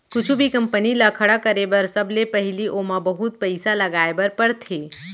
कुछु भी कंपनी ल खड़ा करे बर सबले पहिली ओमा बहुत पइसा लगाए बर परथे